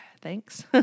thanks